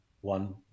one